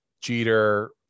Jeter